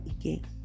again